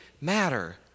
matter